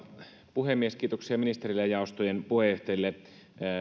puhemies kiitoksia ministerille ja jaostojen puheenjohtajille